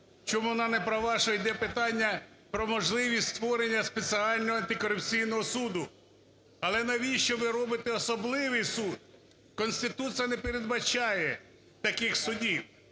чому вона не права. Тому що йде питання про можливість створення спеціального антикорупційного суду. Але навіщо ви робите особливий суд? Конституція не передбачає таких судів,